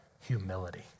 humility